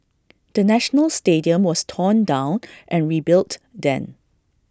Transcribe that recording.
the national stadium was torn down and rebuilt then